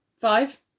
Five